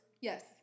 Yes